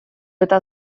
eta